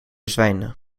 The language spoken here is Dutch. zwijnen